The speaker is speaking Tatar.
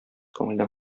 күңелдән